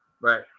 Right